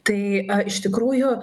tai iš tikrųjų